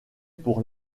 pour